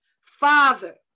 Father